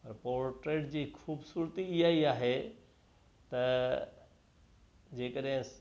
portrait जी ख़ूबसूरती इहा ई आहे त जे करे